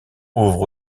ouvre